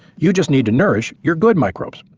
you just need to nourish your good microbes,